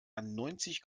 neunzig